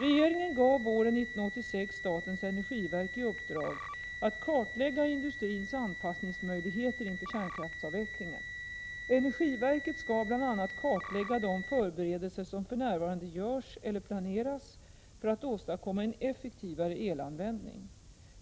Regeringen gav våren 1986 statens energiverk i uppdrag att kartlägga industrins anpassningsmöjligheter inför kärnkraftsavvecklingen. Energiverket skall bl.a. kartlägga de förberedelser som för närvarande görs eller planeras för att åstadkomma en effektivare elanvändning.